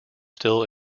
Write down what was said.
still